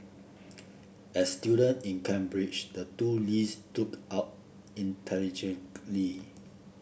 as student in Cambridge the two Lees stood out intelligently